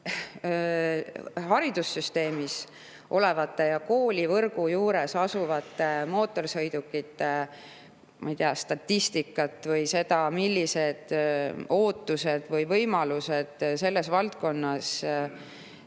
haridussüsteemi, koolivõrgu [asutuste] mootorsõidukite, ma ei tea, statistikat või seda, millised ootused või võimalused selles valdkonnas